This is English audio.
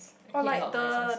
I hate loud noises